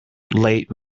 late